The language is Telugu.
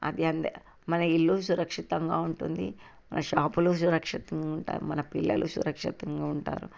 అది అంతే మన ఇల్లు సురక్షితంగా ఉంటుంది మన షాపులు సురక్షితంగా ఉంటాయి మన పిల్లలు సురక్షితంగా ఉంటారు